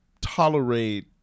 tolerate